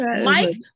Mike